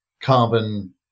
carbon